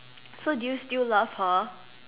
so do you still love her